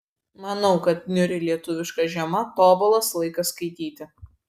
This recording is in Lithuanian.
manau kad niūri lietuviška žiema tobulas laikas skaityti